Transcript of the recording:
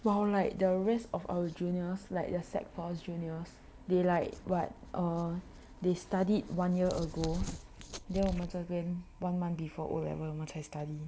while like the rest of our juniors like the sec four juniors they like like what err they studied one year ago then 我们在这边慢慢 one month before O level then 我们才 study